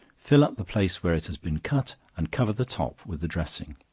fill up the place where it has been cut, and cover the top with the dressing,